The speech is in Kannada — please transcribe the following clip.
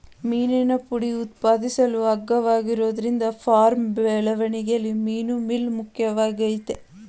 ಮೀನಿನ ಫುಡ್ ಉತ್ಪಾದಿಸಲು ಅಗ್ಗವಾಗಿರೋದ್ರಿಂದ ಫಾರ್ಮ್ ಬೆಳವಣಿಗೆಲಿ ಮೀನುಮೀಲ್ ಮುಖ್ಯವಾಗಯ್ತೆ